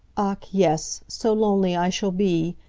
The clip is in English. ach, yes. so lonely i shall be.